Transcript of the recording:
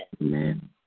Amen